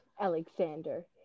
Alexander